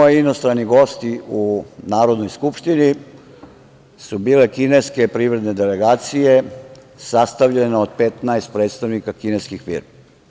Prvi moji inostrani gosti u Narodnoj skupštini su bile kineske privredne delegacije, sastavljene od 15 predstavnika kineskih firmi.